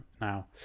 now